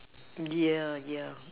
yeah yeah